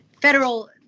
federal